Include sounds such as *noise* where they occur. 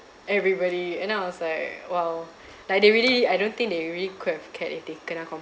everybody and then I was like !wow! *breath* like they really I don't think they really could have cared if they kena